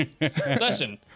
Listen